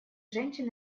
женщин